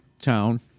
town